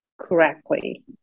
correctly